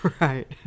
Right